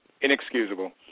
inexcusable